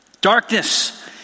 Darkness